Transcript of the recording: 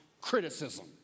criticism